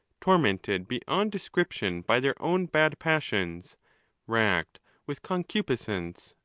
tormented beyond description by their own bad passions racked with concupiscence,